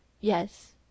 yes